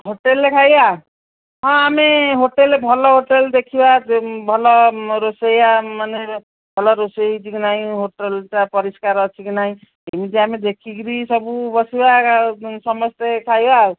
ହୋଟେଲ୍ରେ ଖାଇବା ହଁ ଆମେ ହୋଟେଲ୍ରେ ଭଲ ହୋଟେଲ୍ ଦେଖିବା ଭଲ ରୋଷେଆ ମାନେ ଭଲ ରୋଷେଇ ହେଇଚି କି ନାହିଁ ହୋଟେଲ୍ଟା ପରିଷ୍କାର ଅଛି କି ନାଇଁ ଏମିତି ଆମେ ଦେଖିକିରି ସବୁ ବସିବା ସମସ୍ତେ ଖାଇବା ଆଉ